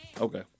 Okay